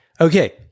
Okay